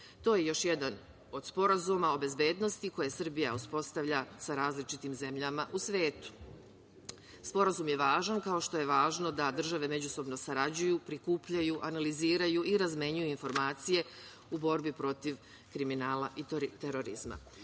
To je još jedan od sporazuma o bezbednosti koje Srbija uspostavlja sa različitim zemljama u svetu. Sporazum je važan, kao što je važno da države međusobno sarađuju, prikupljaju, analiziraju i razmenjuju informacije u borbi protiv kriminala i terorizma,